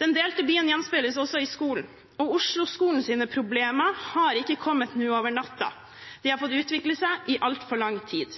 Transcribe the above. Den delte byen gjenspeiles også i skolen, og Oslo-skolens problemer har ikke kommet over natta. De har fått utvikle seg i altfor lang tid.